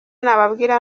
nababwira